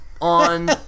on